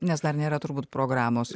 nes dar nėra turbūt programos